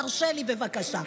תרשה לי, בבקשה.